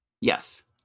Yes